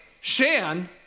Shan